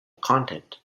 content